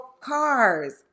cars